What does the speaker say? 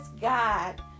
God